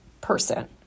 person